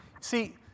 See